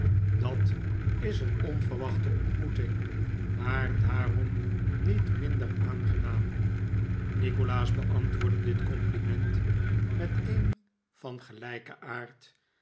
dat is een onverwachte ontmoeting maar daarom niet minder aangenaam nikolaas beantwoordde dit compliment met een van gelijken aard